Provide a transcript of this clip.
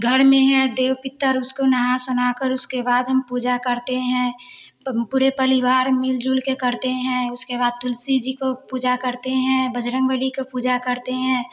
घर में है देव पित्तर उसको नाहा शोनाहाकर उसके बाद हम पूजा करते हैं पम पूरे परिवार मिल जुल के करते हैं उसके बाद तुलसी जी को पूजा करते हैं बजरंग बली को पूजा करते हैं